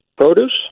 produce